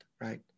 Right